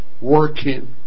working